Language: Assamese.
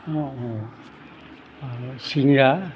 চিংৰা